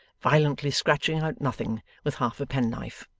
violently scratching out nothing with half a penknife.